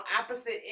opposite